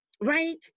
right